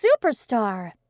superstar